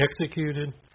executed